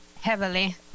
heavily